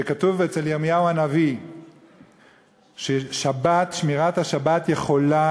כתוב אצל ירמיהו הנביא ששמירת השבת יכולה